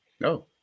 No